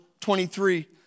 23